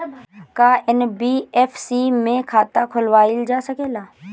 का एन.बी.एफ.सी में खाता खोलवाईल जा सकेला?